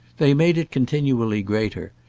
they made it continually greater,